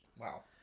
Wow